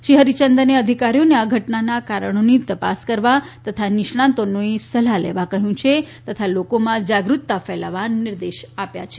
શ્રી હરિચંદને અધિકારીઓને આ ઘટનાના કારણોની તપાસ કરવા તથા નિષ્ણાંતોની સલાહ લેવા કહ્યું છે તથા લોકોમાં જાગૃતતા ફેલાવવા નિર્દેશ આપ્યા છે